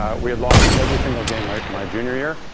ah we had lost every single game of my junior year.